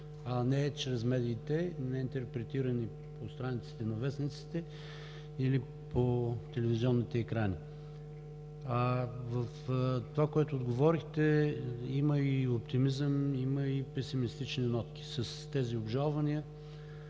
а не чрез медиите, не интерпретирани по страниците на вестниците или по телевизионните екрани. В това, което отговорихте, има и оптимизъм, има и песимистични нотки с тези обжалвания.